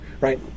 right